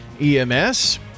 EMS